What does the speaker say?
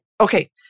Okay